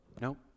Nope